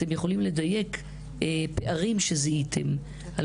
אתם יכולים לדייק פערים שזיהיתם על